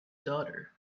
daughter